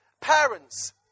parents